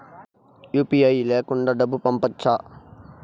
UPI లేకుండా డబ్బు పంపొచ్చా